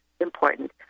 important